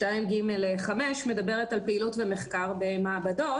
2(ג)5 מדברת על פעילות ומחקר במעבדות.